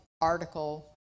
article